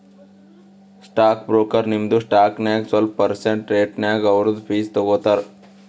stock broker ನಿಮ್ದು stock ನಾಗ್ ಸ್ವಲ್ಪ ಪರ್ಸೆಂಟ್ ರೇಟ್ನಾಗ್ ಅವ್ರದು ಫೀಸ್ ತಗೋತಾರ